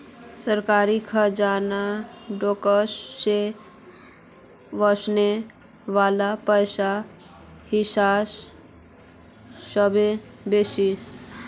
सरकारी खजानात टैक्स से वस्ने वला पैसार हिस्सा सबसे बेसि